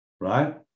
right